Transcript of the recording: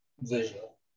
visual